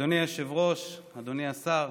אדוני היושב-ראש, אדוני השר,